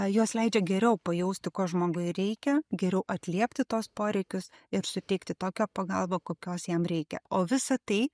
jos leidžia geriau pajausti ko žmogui reikia geriau atliepti tuos poreikius ir suteikti tokią pagalbą kokios jam reikia o visa tai